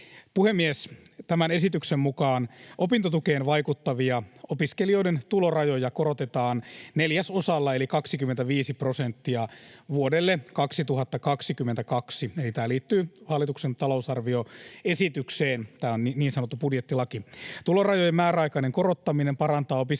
Puhemies! Tämän esityksen mukaan opintotukeen vaikuttavia opiskelijoiden tulorajoja korotetaan neljäsosalla eli 25 prosenttia vuodelle 2022, eli tämä liittyy hallituksen talousarvioesitykseen. Tämä on niin sanottu budjettilaki. Tulorajojen määräaikainen korottaminen parantaa opiskelijoiden